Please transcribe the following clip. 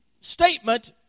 statement